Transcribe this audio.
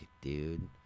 dude